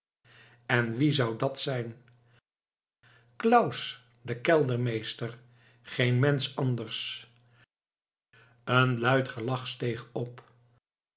en wie zou dat zijn claus de keldermeester geen mensch anders een luid gelach steeg op